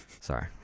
Sorry